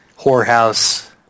whorehouse